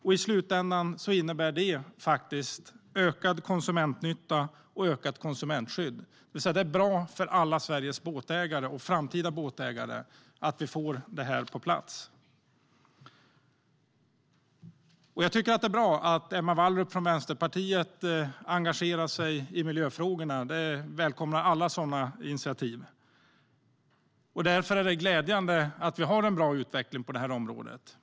I slutändan innebär det ökad konsumentnytta och ökat konsumentskydd. Det är alltså bra för alla Sveriges båtägare och framtida båtägare att vi får detta på plats. Jag tycker att det är bra att Emma Wallrup från Vänsterpartiet engagerar sig i miljöfrågorna. Jag välkomnar alla sådana initiativ. Därför är det glädjande att vi har en bra utveckling på området.